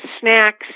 snacks